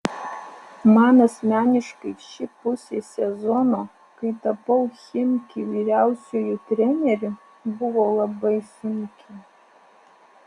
man asmeniškai ši pusė sezono kai tapau chimki vyriausiuoju treneriu buvo labai sunki